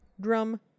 drum